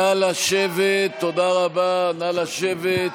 תודה רבה, נא לשבת.